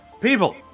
people